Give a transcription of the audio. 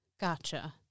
Gotcha